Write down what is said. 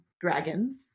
dragons